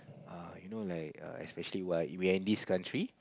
uh you know like err especially while we are in this country